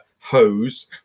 hose